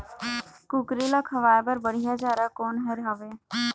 कुकरी ला खवाए बर बढीया चारा कोन हर हावे?